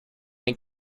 and